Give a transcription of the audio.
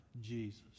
Jesus